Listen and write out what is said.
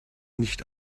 nicht